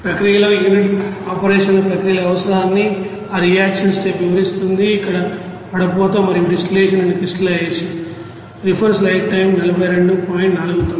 ప్రక్రియలో unit operation పరికరాల అవసరాన్ని ఆ ఆ రియాక్షన్ స్టెప్ వివరిస్తుంది ఇక్కడ వడపోత మరియు డిస్టిల్లషన్ అండ్ క్రిస్టలీజైయషన్